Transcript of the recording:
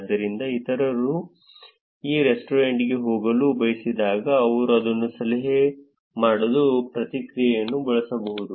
ಆದ್ದರಿಂದ ಇತರರು ಈ ರೆಸ್ಟೋರೆಂಟ್ಗೆ ಹೋಗಲು ಬಯಸಿದಾಗ ಅವರು ಅದನ್ನು ಸಲಹೆ ಮಾಡಲು ಪ್ರತಿಕ್ರಿಯೆಯನ್ನು ಬಳಸಬಹುದು